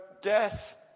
death